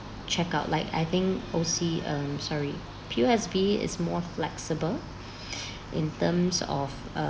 check out like I think O_C um sorry P_O_S_B is more flexible in terms of um